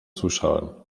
słyszałem